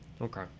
Okay